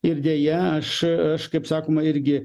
ir deja aš aš kaip sakoma irgi